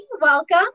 welcome